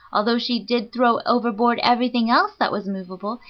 although she did throw overboard everything else that was movable,